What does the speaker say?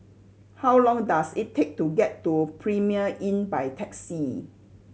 how long does it take to get to Premier Inn by taxi